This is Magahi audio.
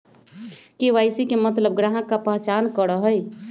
के.वाई.सी के मतलब ग्राहक का पहचान करहई?